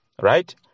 right